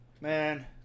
man